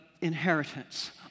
inheritance